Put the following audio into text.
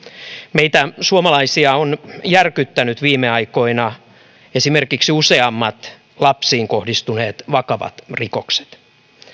meitä suomalaisia ovat järkyttäneet viime aikoina esimerkiksi useammat lapsiin kohdistuneet vakavat rikokset